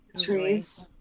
trees